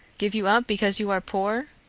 give you up because you are poor?